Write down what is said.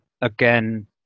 Again